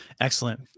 Excellent